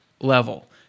level